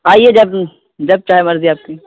آئیے جب جب چاہے مرضی آپ کی